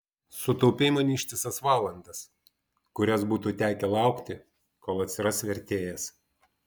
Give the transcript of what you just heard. sutaupei man ištisas valandas kurias būtų tekę laukti kol atsiras vertėjas